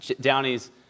Downey's